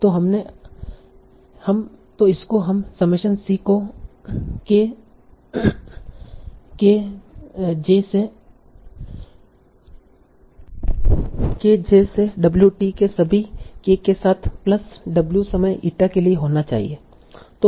तों इसको हम समेशन C को kj से wT के सभी k के साथ प्लस w समय ईटा के लिए होना चाहिए